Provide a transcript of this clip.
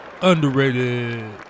underrated